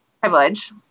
privilege